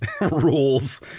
rules